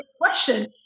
question